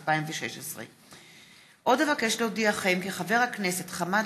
התשע"ח 2016. עוד אבקש להודיעכם כי חבר הכנסת חמד